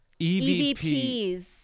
EVPs